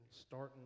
starting